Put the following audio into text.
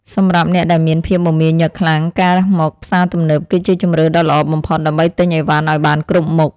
សម្រាប់អ្នកដែលមានភាពមមាញឹកខ្លាំងការមកផ្សារទំនើបគឺជាជម្រើសដ៏ល្អបំផុតដើម្បីទិញអីវ៉ាន់ឱ្យបានគ្រប់មុខ។